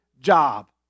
job